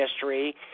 history